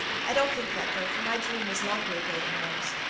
i don't think that, though, for my dream was longer ago than yours.